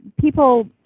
people